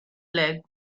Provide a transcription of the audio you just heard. leg